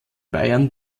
bayern